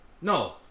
No